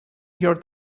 your